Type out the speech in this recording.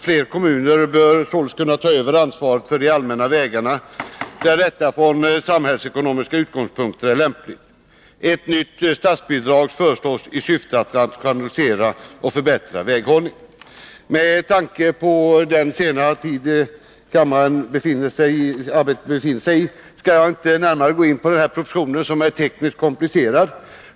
Fler kommuner bör således kunna ta över ansvaret för de allmänna vägarna där detta från samhällsekonomiska utgångspunkter är lämpligt. Ett Med tanke på den sena timmen skall jag inte gå närmare in på propositionen, som är tekniskt komplicerad.